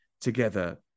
together